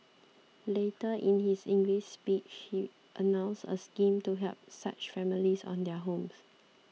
later in his English speech he announced a scheme to help such families own their homes